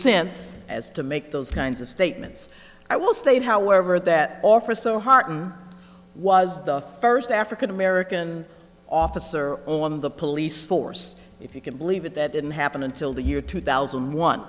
sense as to make those kinds of statements i will state however that officer hearten was the first african american officer on the police force if you can believe it that didn't happen until the year two thousand one